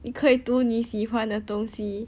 你可以读你喜欢的东西